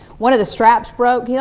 one of the straps broke, yeah